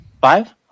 Five